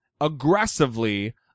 aggressively